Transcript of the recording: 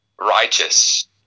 righteous